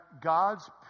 God's